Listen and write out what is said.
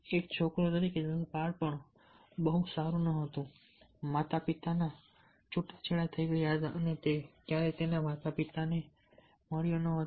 એક છોકરો તરીકે તેનું બાળપણ બહુ સારું નહોતું માતાપિતાના છૂટાછેડા થઈ ગયા હતા અને તે ક્યારેય તેના પિતાને મળ્યો ન હતો